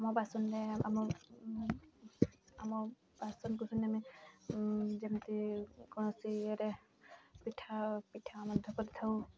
ଆମ ବାସନରେ ଆମ ଆମ ବାସନକୁ ଆମେ ଯେମିତି କୌଣସି ଇଏରେ ପିଠା ପିଠା ମଧ୍ୟ କରିଥାଉ